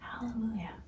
Hallelujah